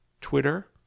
Twitter